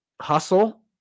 Hustle